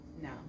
no